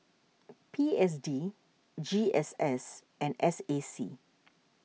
P S D G S S and S A C